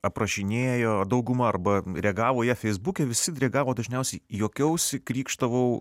aprašinėjo dauguma arba reagavo į ją feisbuke visi reagavo dažniausiai juokiausi krykštavau